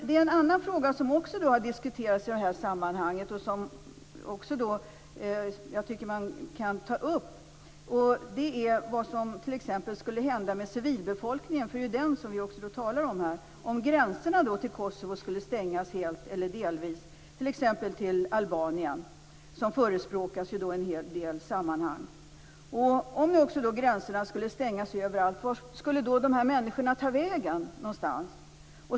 Det är en annan fråga som har diskuterats i det här sammanhanget och som jag tycker att man kan ta upp, och det är vad som skulle hända med civilbefolkningen om gränserna till Kosovo skulle stängas helt eller delvis t.ex. till Albanien, som förespråkas i en del sammanhang. Om gränserna skulle stängas överallt, vart skall då dessa människor ta vägen?